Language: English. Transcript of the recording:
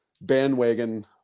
bandwagon